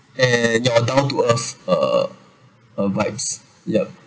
and you are down to earth uh uh vibes yup